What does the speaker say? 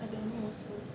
I don't know also